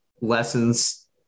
lessons